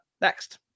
next